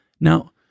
Now